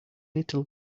little